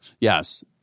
Yes